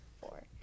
four